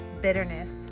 bitterness